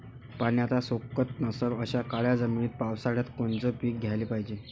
पाण्याचा सोकत नसन अशा काळ्या जमिनीत पावसाळ्यात कोनचं पीक घ्याले पायजे?